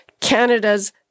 Canada's